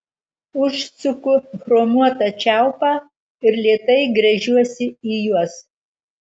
užsuku chromuotą čiaupą ir lėtai gręžiuosi į juos